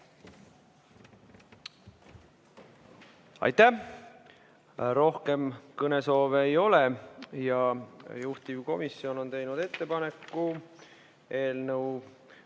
Aitäh! Rohkem kõnesoove ei ole. Juhtivkomisjon on teinud ettepaneku